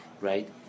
Right